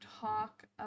talk